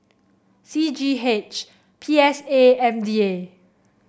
C G H P S A and M D A